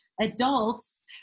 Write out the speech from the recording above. Adults